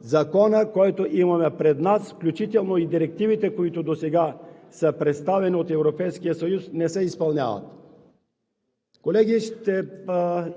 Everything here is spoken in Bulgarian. Законът, който имаме пред нас, включително и директивите, които досега са представени от Европейския съюз, не се изпълняват. Колеги, ще